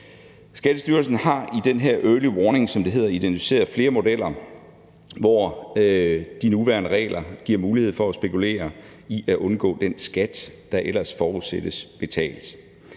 Skattestyrelsen har i den her early warning, som det hedder, identificeret flere modeller, hvor de nuværende regler giver mulighed for at spekulere i at undgå den skat, der ellers forudsættes betalt.